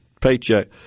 paycheck